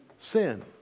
sin